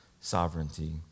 sovereignty